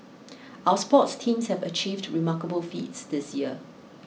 our sports teams have achieved remarkable feats this year